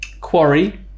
Quarry